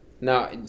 Now